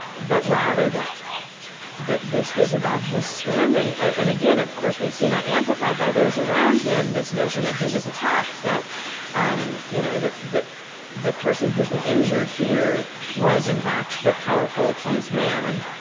but rather that that this was about his standing and again, of course, we've seen that amplified by those around him, this notion that he was attacked, that um you know that the person who'd been injured here was, in fact, the powerful, accused man.